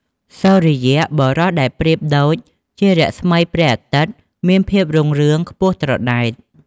សូរិយៈ បុរសដែលប្រៀបដូចជារស្មីព្រះអាទិត្យ មានភាពរុងរឿងខ្ពស់ត្រដែត។